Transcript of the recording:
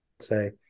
say